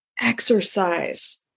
exercise